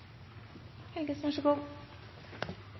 vært så god,